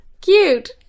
Cute